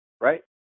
right